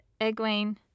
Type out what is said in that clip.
Egwene